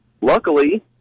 luckily